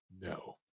no